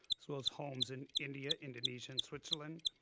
so as homes in india, indonesia and switzerland.